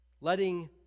Letting